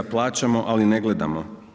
Plaćamo, ali ne gledamo.